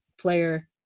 player